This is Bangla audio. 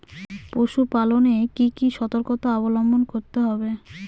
পশুপালন এ কি কি সর্তকতা অবলম্বন করতে হবে?